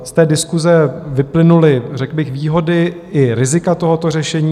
Z diskuse vyplynuly řekl bych výhody i rizika tohoto řešení.